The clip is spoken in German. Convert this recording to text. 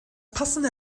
passende